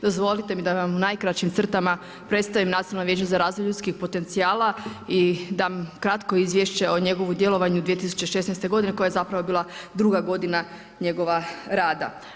Dozvolite da vam u najkraćim crtama predstavim Nacionalno vijeće za razvoj ljudskih potencijala i dam kratko izvješće o njegovom djelovanju 2016. godine koje je zapravo bila druga godina njegova rada.